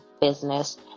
business